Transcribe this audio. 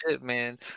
Man